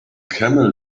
camel